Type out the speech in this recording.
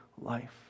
life